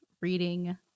reading